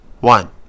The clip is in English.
one